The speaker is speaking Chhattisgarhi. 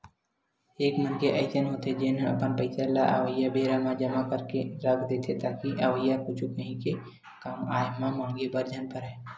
एक मनखे अइसन होथे जेन अपन पइसा ल अवइया बेरा बर जमा करके के रख देथे ताकि अवइया कुछु काही के कामआय म मांगे बर झन परय